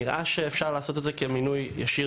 נראה שאפשר לעשות את זה כמינוי ישיר